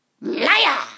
liar